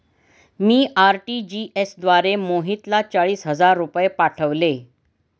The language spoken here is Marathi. मी आर.टी.जी.एस द्वारे मोहितला चाळीस हजार रुपये पाठवले